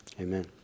amen